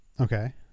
Okay